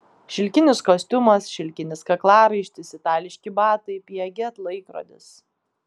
šilkinis kostiumas šilkinis kaklaraištis itališki batai piaget laikrodis